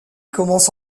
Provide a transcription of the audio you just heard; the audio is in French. commence